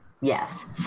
Yes